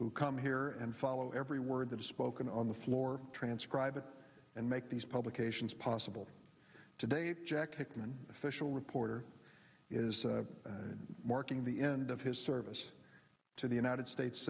who come here and follow every word spoken on the floor transcribed and make these publications possible today jack hickman official reporter is marking the end of his service to the united states